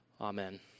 Amen